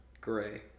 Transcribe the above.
Gray